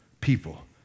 people